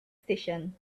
station